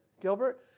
Gilbert